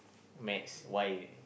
maths why